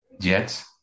Jets